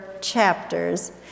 chapters